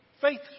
faith